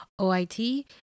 OIT